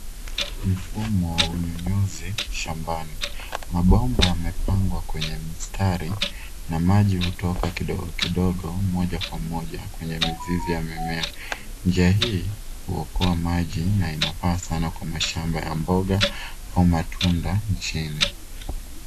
Mfumo wa unyunyuzi shambani mabomba yamepangwa kwenye mstari na maji hutoka kidogo kidogo moja kwa moja kwenye mizizi ya mimea njia hii huokoa maji na inafaa sana kwa mashamba ya mboga au matunda nchini